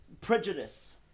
prejudice